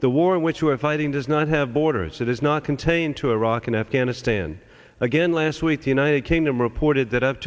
the war in which you are fighting does not have borders it is not contained to iraq and afghanistan again last week the united kingdom reported that up